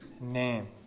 name